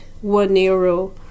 one-euro